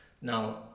Now